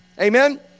amen